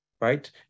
right